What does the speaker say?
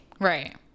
Right